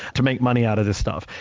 to make money out of this stuff.